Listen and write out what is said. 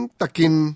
takin